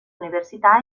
università